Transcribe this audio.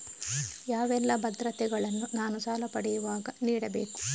ಯಾವೆಲ್ಲ ಭದ್ರತೆಗಳನ್ನು ನಾನು ಸಾಲ ಪಡೆಯುವಾಗ ನೀಡಬೇಕು?